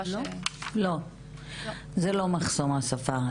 לא, זה לא מחסום השפה.